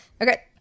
Okay